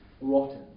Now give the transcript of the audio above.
rotten